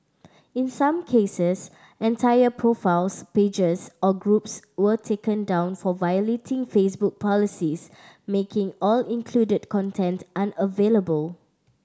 in some cases entire profiles pages or groups were taken down for violating Facebook policies making all included content unavailable